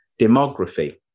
demography